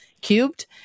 cubed